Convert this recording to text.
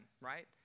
right